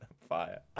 fire